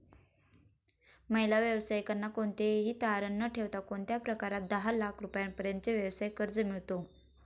महिला व्यावसायिकांना कोणतेही तारण न ठेवता कोणत्या प्रकारात दहा लाख रुपयांपर्यंतचे व्यवसाय कर्ज मिळतो?